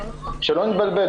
שלא נתבלבל,